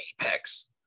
Apex